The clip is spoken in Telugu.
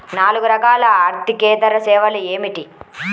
నాలుగు రకాల ఆర్థికేతర సేవలు ఏమిటీ?